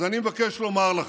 אז אני מבקש לומר לכם,